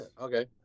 Okay